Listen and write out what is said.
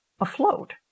afloat